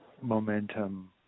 momentum